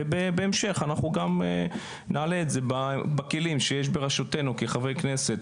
ובהמשך אנחנו נעלה את זה בכלים שיש ברשותנו כחברי כנסת,